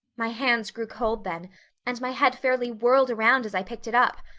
my hands grew cold then and my head fairly whirled around as i picked it up.